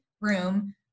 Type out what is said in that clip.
room